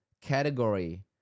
category